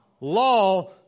law